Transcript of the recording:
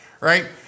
Right